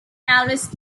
alice